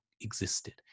existed